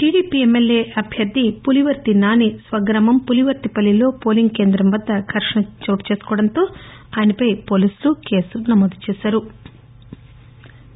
TDP MLA అభ్యర్థి పులివర్తి నాని స్వగ్రామం పులివర్తిపల్లిలో పోలింగ్ కేంద్రం వద్ద ఘర్షణ చోటు చేసుకోవడం తో ఆయనపై పోలీసులు కేసు నమోదు చేశారు